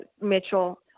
Mitchell